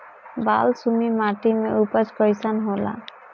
बालसुमी माटी मे उपज कईसन होला?